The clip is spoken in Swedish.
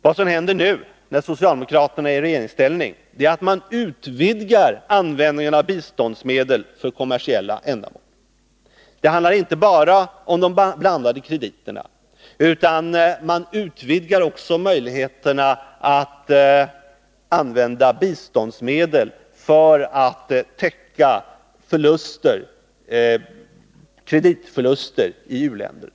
Vad som händer nu, när socialdemokraterna är i regeringsställning, är att de utvidgar användandet av biståndsmedel för kommersiella ändamål. Det handlar inte bara om de blandade krediterna, utan socialdemokraterna undviker också att utnyttja möjligheterna att använda biståndsmedel för att täcka kreditförluster i u-länderna.